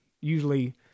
usually